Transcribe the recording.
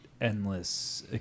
endless